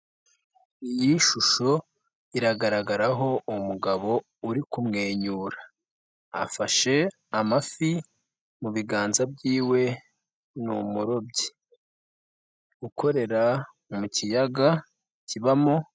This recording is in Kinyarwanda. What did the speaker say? Iyi shusho iragaragaraho umugabo uri kumwenyura. Afashe amafi mu biganza byiwe ni umurobyi ukorera mu kiyaga kibamo...